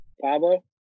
Pablo